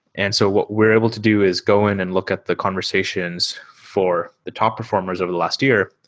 and so what we're able to do is go in and look at the conversations for the top performers of last year,